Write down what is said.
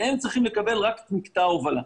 והם צריכים לקבל רק את מקטע ההובלה.